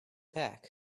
back